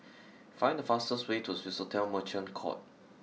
find the fastest way to Swissotel Merchant Court